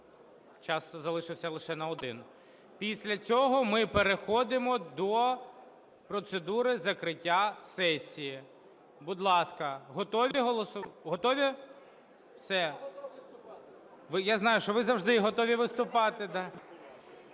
Час залишився лише на один. Після цього ми переходимо до процедури закриття сесії. Будь ласка, готові... Все. (Шум у залі) Я знаю, що ви завжди готові виступати.